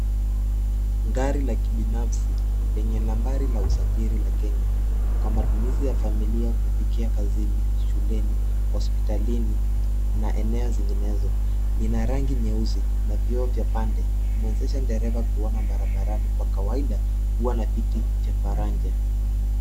Gari la kibinafsi lenye nambari la usajili la Kenya kwa matumizi ya familia kufikia kazini ,shuleni, hospitalini na eneo zinginezo lina rangi nyeusi na vyoo vya pande kumwezesha dereva kuona barabarani kwa kawaida huwa na kiti cha faraja.